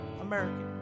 American